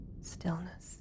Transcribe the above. stillness